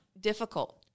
difficult